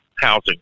housing